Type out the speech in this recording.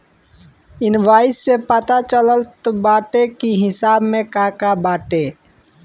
invoice से पता चलत बाटे की हिसाब में का का बाटे